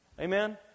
Amen